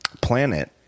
planet